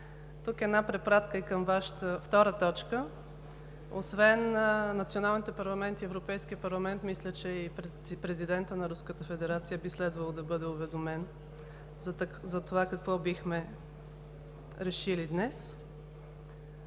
Тук една препратка и към Вашата т. 2 – освен националните парламенти, Европейският парламент, мисля, че и президентът на Руската федерация би следвало да бъде уведомен за това какво бихме решили днес.